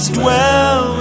dwell